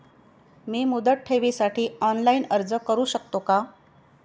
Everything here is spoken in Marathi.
मी मुदत ठेवीसाठी ऑनलाइन अर्ज करू शकतो का?